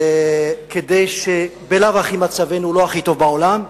כי בלאו הכי מצבנו לא הכי טוב בעולם,